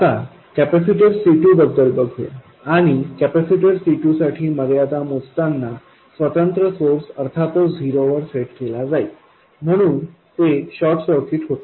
आता capacitor C2 बद्दल बघूया आणि कॅपेसिटर C2 साठी मर्यादा मोजताना स्वतंत्र सोर्स अर्थातच झिरोवर सेट केला जातो म्हणून ते शॉर्ट सर्किट होते